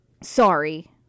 Sorry